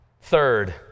Third